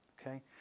Okay